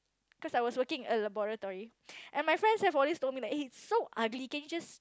cause I was working at laboratory and my friends have always told me eh it's so ugly can you just